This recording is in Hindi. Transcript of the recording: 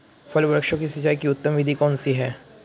फल वृक्षों की सिंचाई की उत्तम विधि कौन सी है?